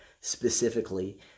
specifically